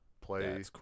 play